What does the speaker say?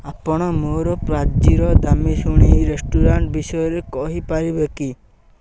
ଆପଣ ମୋର ପାଂଜିର ଦାମୀ ଶୁଣି ରେଷ୍ଟୁରାଣ୍ଟ ବିଷୟରେ କହିପାରିବେ କି